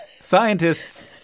Scientists